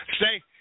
Say